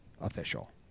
official